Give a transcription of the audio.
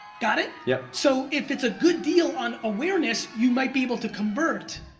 got it? yep. so if it's a good deal on awareness, you might be able to convert,